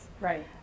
right